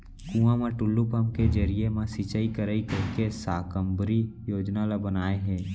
कुँआ म टूल्लू पंप के जरिए म सिंचई करय कहिके साकम्बरी योजना ल बनाए हे